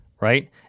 Right